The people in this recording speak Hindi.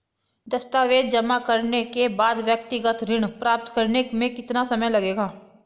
दस्तावेज़ जमा करने के बाद व्यक्तिगत ऋण प्राप्त करने में कितना समय लगेगा?